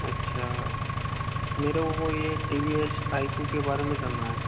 अच्छा मेरे को ये T V S I Q के बारे में जानना है